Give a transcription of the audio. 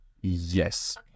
Yes